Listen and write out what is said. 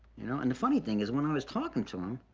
you know, and the funniest thing is, when i was talking to him,